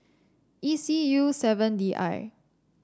E C U seven D I